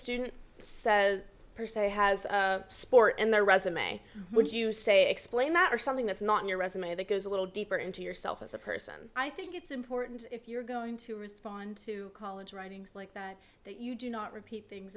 student says per se has sport in their resume would you say explain that or something that's not your resume that goes a little deeper into yourself as a person i think it's important if you're going to respond to college writings like that that you do not repeat things